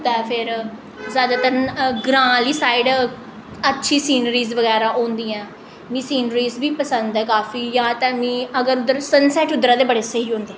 ते फिर जैदातर ग्रां आह्ली साइड अच्छी सीनरीस बगैरा होंदियां मी सीनरीस बी पसंद ऐ काफी जैदातर मी अगर सनसैट्ट उद्धरा दे बड़े स्हेई होंदे